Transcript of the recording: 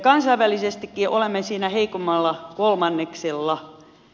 kansainvälisestikin olemme siinä heikommalla kolmanneksella